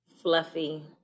fluffy